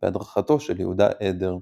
בהדרכתו של יהודה עדר.